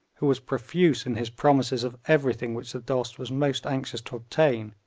who was profuse in his promises of everything which the dost was most anxious to obtain,